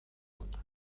بود